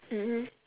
mmhmm